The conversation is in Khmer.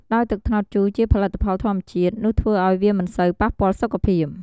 ដោយទឹកត្នោតជូរជាផលិតផលធម្មជាតិ នោះធ្វើឱ្យវាមិនសូវប៉ះពាល់សុខភាព។